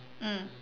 mm